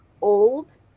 old